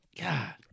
God